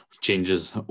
changes